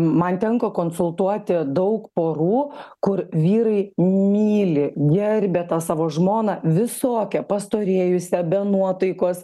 man tenka konsultuoti daug porų kur vyrai myli gerbia tą savo žmoną visokią pastorėjusią be nuotaikos